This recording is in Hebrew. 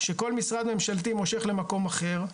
שכל משרד ממשלתי מושך למקום אחר.